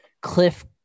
Cliff